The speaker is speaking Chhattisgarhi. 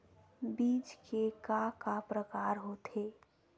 बीज के का का प्रकार होथे?